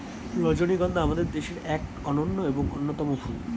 রজনীগন্ধা আমাদের দেশের এক অনন্য এবং অন্যতম ফুল